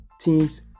Teens